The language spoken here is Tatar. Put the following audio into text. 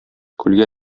күлгә